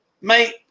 Mate